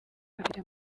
bafite